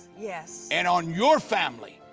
yes. and on your family,